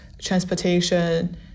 transportation